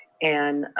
and